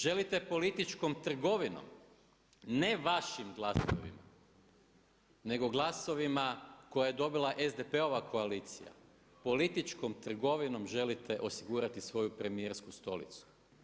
Želite političkom trgovinom, ne vašim glasovima, nego glasovima koje je dobila SDP-ova koalicija, političkom trgovinom želite osigurati svoju premijersku stolicu.